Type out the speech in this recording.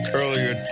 earlier